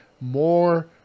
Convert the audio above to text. more